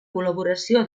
col·laboració